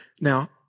Now